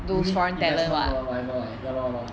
we need investment do whatever right ya lor ya lor